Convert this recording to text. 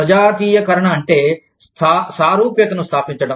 సజాతీయీకరణ అంటే సారూప్యతను స్థాపించడం